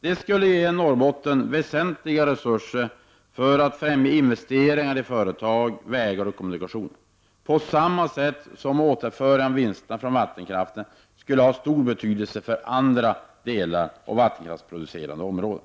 Därmed skulle Norrbotten få väsentliga resurser när det gäller att främja investeringar i företag, vägar och kommunikationer. Ett återförande av vinsterna från vattenkraften skulle också få stor betydelse för andra delar och vattenkraftsproducerande områden.